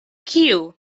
kiu